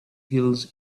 hills